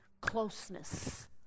closeness